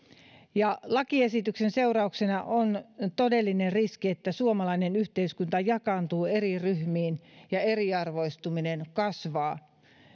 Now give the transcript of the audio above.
ja lakiesityksen seurauksena on todellinen riski että suomalainen yhteiskunta jakaantuu eri ryhmiin ja eriarvoistuminen kasvaa